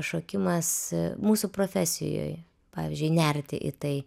šokimas mūsų profesijoj pavyzdžiui nerti į tai